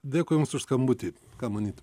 dėkui jums už skambutį ką manyti